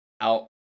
out